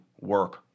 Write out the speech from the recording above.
work